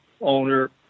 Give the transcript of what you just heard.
owner